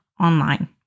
online